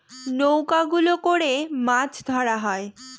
নৌকা গুলো করে মাছ ধরা হয়